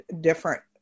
different